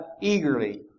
eagerly